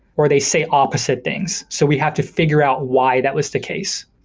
or they say opposite things. so we have to figure out why that was the case.